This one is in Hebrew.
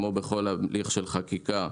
כמו בכל הליך של חקיקה,